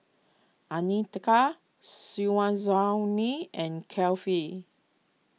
andika Syazwani and Kefli